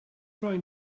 trying